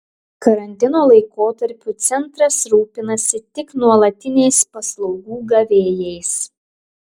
karantino laikotarpiu centras rūpinasi tik nuolatiniais paslaugų gavėjais